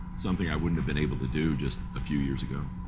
something i wouldn't have been able to do just a few years ago.